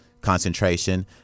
concentration